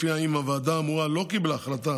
ולפיה אם הוועדה האמורה לא קיבלה החלטה